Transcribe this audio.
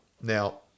Now